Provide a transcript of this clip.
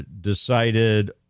decided